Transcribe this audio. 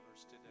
today